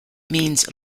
means